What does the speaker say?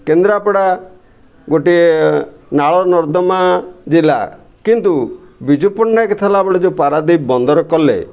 କେନ୍ଦ୍ରାପଡ଼ା ଗୋଟିଏ ନାଳନର୍ଦ୍ଦମା ଜିଲ୍ଲା କିନ୍ତୁ ବିଜୁ ପୂର୍ଣ୍ଣ ଥିଲାବେଳେ ଯେଉଁ ପାରାଦ୍ୱୀପ ବନ୍ଦର କଲେ